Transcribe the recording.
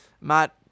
Matt